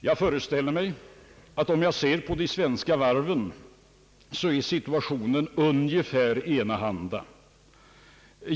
Jag föreställer mig att situationen för de svenska varven är ungefär enahan da.